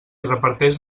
reparteix